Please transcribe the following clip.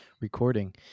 recording